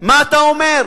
מה אתה אומר.